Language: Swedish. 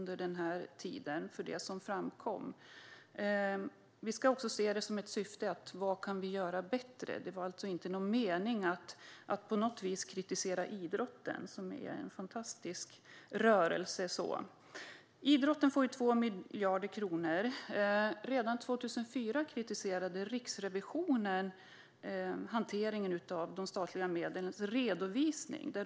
Syftet var att se vad som kan göras bättre. Meningen var alltså inte att på något vis kritisera idrotten, som ju är en fantastisk rörelse. Idrotten får 2 miljarder kronor. Redan 2004 kritiserade Riksrevisionen hanteringen av redovisningen av de statliga medlen.